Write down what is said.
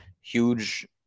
Huge